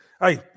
hey